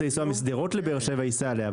לנסוע משדרות לבאר שבע ייסע אליה,